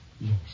Yes